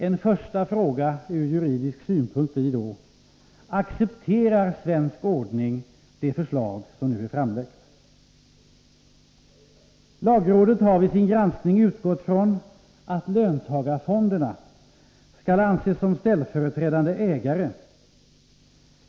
En första fråga ur juridisk synpunkt blir då: Accepterar svensk ordning det förslag som nu är framlagt? Lagrådet har vid sin granskning utgått ifrån att löntagarfonderna skall anses som ställföreträdande ägare.